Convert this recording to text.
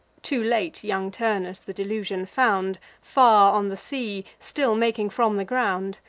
too late young turnus the delusion found, far on the sea, still making from the ground.